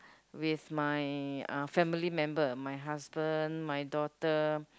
with my uh family member my husband my daughter